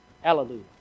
Hallelujah